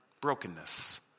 brokenness